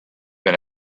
been